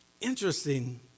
Interesting